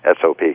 SOP